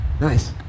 Nice